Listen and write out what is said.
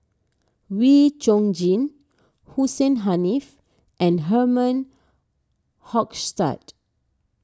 Wee Chong Jin Hussein Haniff and Herman Hochstadt